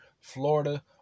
Florida